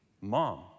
mom